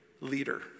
leader